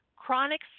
Chronic